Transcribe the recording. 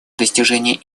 достижение